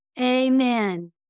Amen